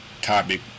topic